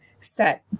set